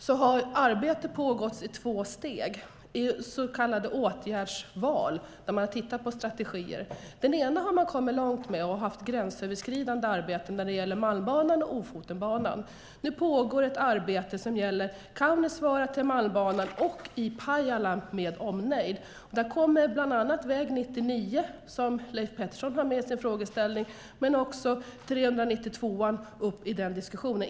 Det arbetet har pågått i två steg, i så kallade åtgärdsval, där man har tittat på strategier. Det ena har man kommit långt med. Man har haft ett gränsöverskridande arbete vad gäller Malmbanan och Ofotenbanan. Nu pågår ett arbete gällande Kaunisvaara till Malmbanan och Pajala med omnejd. Bland annat kommer väg 99, som Leif Pettersson har med i sin fråga, men också väg 392 upp i den diskussionen.